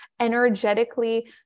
energetically